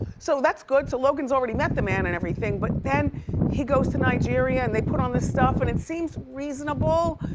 so that's good, so logan's already met the man and everything, but then he goes to nigeria and they put on the stuff and it seems reasonable.